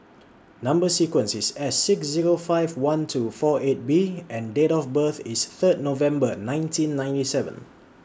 Number sequence IS S six Zero five one two four eight B and Date of birth IS Third November nineteen ninety seven